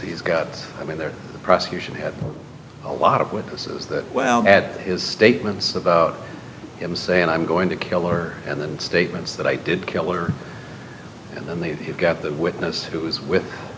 he's got i mean they're the prosecution had a lot of witnesses that well at his statements about him saying i'm going to kill her and then statements that i did kill her and then they've got the witness who is with